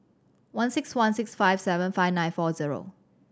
one six one six five seven five nine four zero